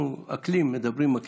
אנחנו מדברים על אקלים,